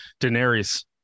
Daenerys